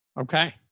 Okay